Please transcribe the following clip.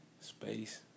space